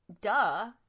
duh